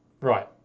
right